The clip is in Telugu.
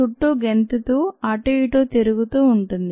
చుట్టూ గెంతుతూ అటూ ఇటూ తిరుగుతూ ఉంటుంది